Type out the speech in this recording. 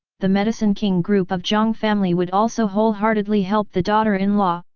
the medicine king group of jiang family would also wholeheartedly help the daughter-in-law,